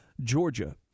Georgia